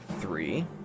three